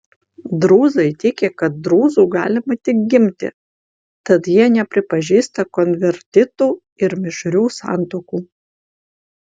drūzai tiki kad drūzu galima tik gimti tad jie nepripažįsta konvertitų ir mišrių santuokų